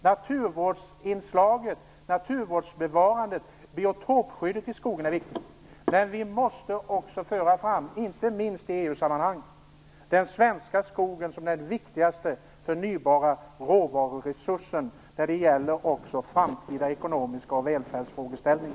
Naturvårdsinslaget, bevarandet och biotopskyddet är viktigt, men vi måste också - inte minst i EU-sammanhang - föra fram den svenska skogen som den viktigaste förnybara råvaruresursen när det gäller också de framtida ekonomiska välfärdsfrågorna.